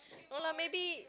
no lah maybe